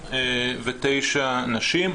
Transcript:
69 נשים,